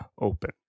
open